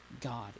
God